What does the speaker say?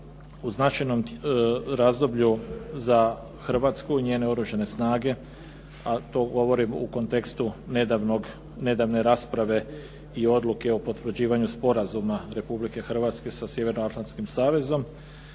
U značajnom razdoblju za Hrvatsku njene oružane snage a to govorim u kontekstu nedavne rasprave i odluke o potvrđivanju Sporazuma Republike Hrvatske sa Sjevernoatlanskim savezom.